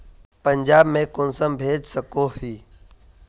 पंजाब में कुंसम भेज सकोही?